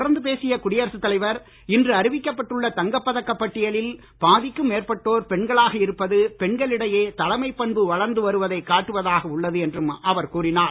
தொடர்ந்து பேசிய குடியரசு தலைவர் இன்று அறிவிக்கப்பட்டுள்ள தங்கப் பதக்கப் பட்டியலில் பாதிக்கும் மேற்பட்டோர் பெண்களாக இருப்பது பெண்களிடையே தலைமைப் பண்பு வளர்ந்து வருவதை காட்டுவதாக உள்ளது என்றும் அவர் கூறினார்